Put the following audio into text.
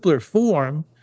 form